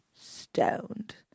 stoned